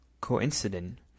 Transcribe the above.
coincidence